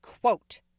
quote